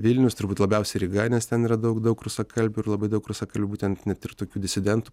vilnius turbūt labiausiai ryga nes ten yra daug daug rusakalbių ir labai daug rusakalbių būtent net ir tokių disidentų